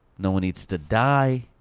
no one needs to die.